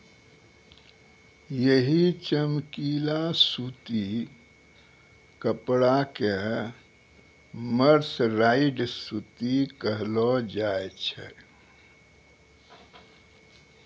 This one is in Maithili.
यही चमकीला सूती कपड़ा कॅ मर्सराइज्ड सूती कहलो जाय छै